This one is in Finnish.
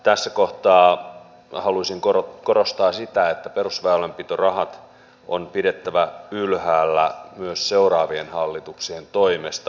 tässä kohtaa haluaisin korostaa sitä että perusväylänpitorahat on pidettävä ylhäällä myös seuraavien hallituksien toimesta